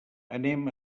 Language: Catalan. anem